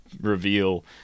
reveal